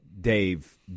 Dave